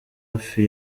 hafi